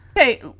Okay